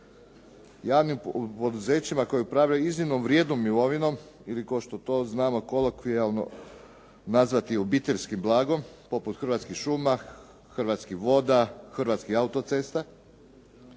javnim poduzećima koja upravljaju iznimno vrijednom imovinom ili kao što to znamo kolokvijalno nazvati, obiteljskim blagom poput hrvatskih šuma, hrvatskih voda, hrvatskih autocesta.